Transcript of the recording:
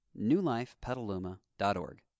newlifepetaluma.org